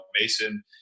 Mason